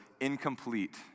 incomplete